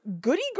Goody